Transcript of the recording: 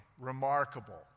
remarkable